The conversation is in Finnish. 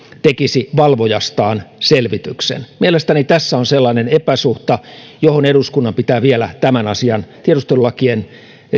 tekisi valvojastaan selvityksen mielestäni tässä on sellainen epäsuhta johon eduskunnan pitää vielä tämän asian tiedustelulakien